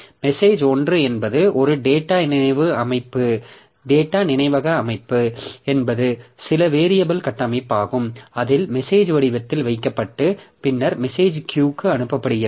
message 1 என்பது ஒரு data நினைவக அமைப்பு என்பது சில வேரியபில் கட்டமைப்பாகும் அதில் மெசேஜ் வடிவத்தில் வைக்கப்பட்டு பின்னர் மெசேஜ் Q க்கு அனுப்பப்படுகிறது